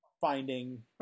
finding